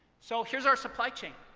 so here's our supply chain.